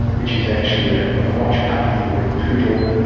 which is actually ah a watch-puppy or a poodle,